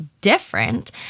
different